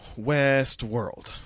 Westworld